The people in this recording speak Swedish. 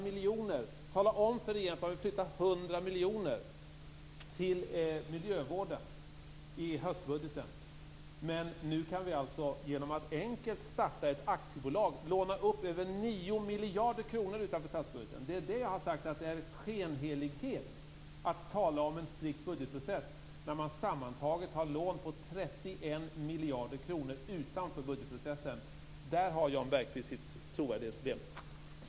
Man kan inte tala om för regeringen att man vill flytta 100 miljoner till miljövården i höstbudgeten. Nu kan vi alltså genom att enkelt starta ett aktiebolag låna upp över 9 miljarder kronor utanför statsbudgeten. Det är skenhelighet att tala om en strikt budgetprocess när man sammantaget har lån på 31 miljarder kronor utanför budgetprocessen. Där har Jan Bergqvist sitt trovärdighetsproblem.